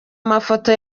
mafoto